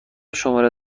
شماره